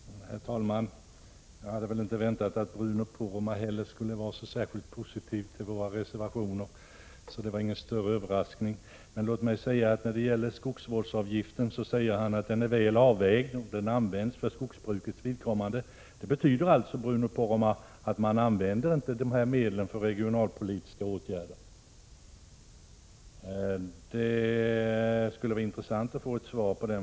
Herr talman! Jag hade inte väntat att Bruno Poromaa skulle vara särskilt positiv till våra reservationer, så det var ingen större överraskning. Men när det gäller skogsvårdsavgiften säger han att den är väl avvägd och att den används för skogsbrukets vidkommande. Det betyder alltså, Bruno Poromaa, att man inte använder dessa medel för regionalpolitiska åtgärder. Det skulle vara intressant att få besked om det.